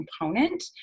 component